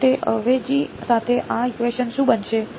તો તે અવેજી સાથે આ ઇકવેશન શું બનશે